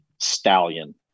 Stallion